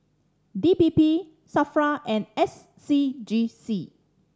D P P SAFRA and S C G C